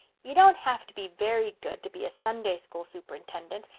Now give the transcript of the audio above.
you don't have to be very good to be a sunday school superintendent.